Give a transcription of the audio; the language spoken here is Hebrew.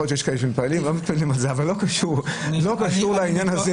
יכול להיות שיש כאלה שמתפללים לכך אבל זה לא קשור לעניין הזה.